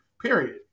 period